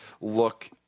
look